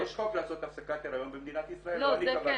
יש חוק לעשות הפסקת הריון במדינת ישראל לא אני קבעתי אותו.